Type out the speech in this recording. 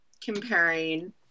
comparing